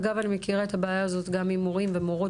אגב אני מכירה את הבעיה הזו גם עם מורים ומורות